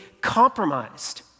compromised